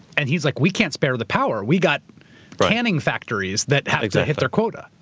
and he's like, we can't spare the power. we got canning factories that had to hit their quota.